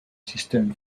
système